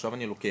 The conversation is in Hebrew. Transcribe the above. עכשיו אני לוקח,